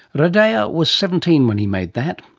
radheya was seventeen when he made that.